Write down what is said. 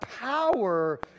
power